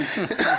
כן.